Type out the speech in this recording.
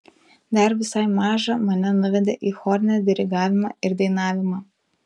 dar visai mažą mane nuvedė į chorinį dirigavimą ir dainavimą